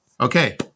Okay